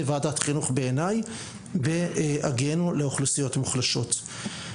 ועדת חינוך בהגיענו לאוכלוסיות מוחלשות.